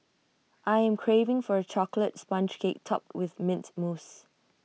I am craving for A Chocolate Sponge Cake Topped with Mint Mousse